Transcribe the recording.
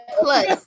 plus